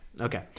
okay